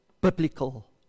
biblical